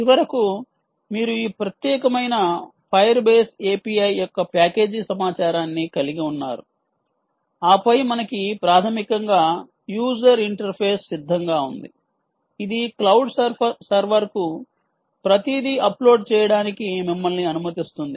చివరకు మీరు ఈ ప్రత్యేకమైన ఫైర్ బేస్ API యొక్క ప్యాకేజీ సమాచారాన్ని కలిగి ఉన్నారు ఆపై మనకి ప్రాథమికంగా యూజర్ ఇంటర్ఫేస్ సిద్ధంగా ఉంది ఇది క్లౌడ్ సర్వర్కు ప్రతిదీ అప్లోడ్ చేయడానికి మిమ్మల్ని అనుమతిస్తుంది